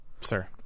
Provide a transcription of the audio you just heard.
sir